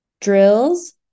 drills